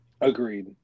Agreed